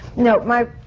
no. my.